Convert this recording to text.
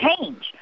change